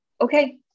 okay